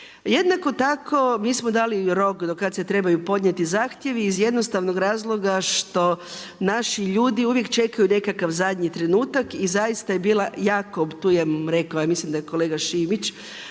Jednako tako mi smo dali rok dok se kada trebaju podnijeti zahtjevi što naši ljudi uvijek čekaju nekakav zadnji trenutak i zaista je bila tu je rekao mislim da je kolega Šimić